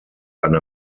eine